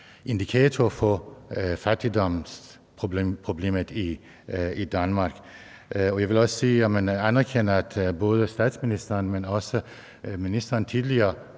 indikator for fattigdomsproblemet i Danmark? Jeg vil også sige, at jeg anerkender, at både statsministeren og denne minister tidligere